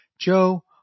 Joe